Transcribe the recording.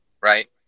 right